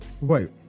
wait